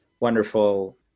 wonderful